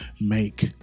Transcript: make